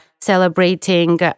celebrating